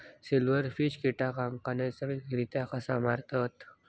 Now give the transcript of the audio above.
Silverfish कीटकांना नैसर्गिकरित्या कसा मारतत?